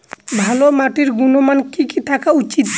ভালো মাটির গুণমান কি কি থাকা উচিৎ?